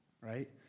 right